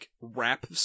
rap